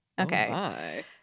Okay